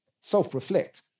self-reflect